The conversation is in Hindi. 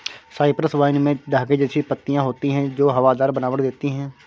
साइप्रस वाइन में धागे जैसी पत्तियां होती हैं जो हवादार बनावट देती हैं